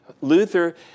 Luther